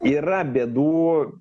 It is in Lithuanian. yra bėdų